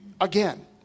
again